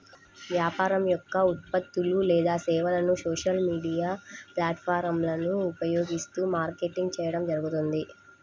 వ్యాపారం యొక్క ఉత్పత్తులు లేదా సేవలను సోషల్ మీడియా ప్లాట్ఫారమ్లను ఉపయోగిస్తూ మార్కెటింగ్ చేయడం జరుగుతుంది